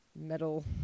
metal